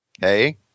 Hey